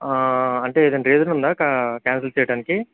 అంటే ఏదైనా రీజన్ ఉందా కా క్యాన్సిల్ చెయ్యడానికి